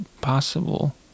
Possible